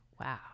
Wow